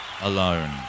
alone